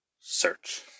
search